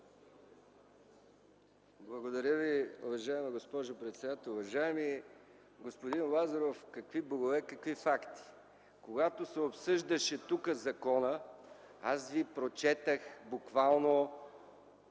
Благодаря Ви, уважаема госпожо председател. Уважаеми господин Лазаров, какви богове, какви факти? Когато тук се обсъждаше закона аз Ви прочетох буквално